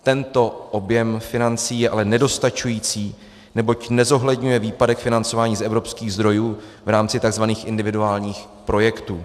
Tento objem financí je ale nedostačující, neboť nezohledňuje výpadek financování z evropských zdrojů v rámci tzv. individuálních projektů.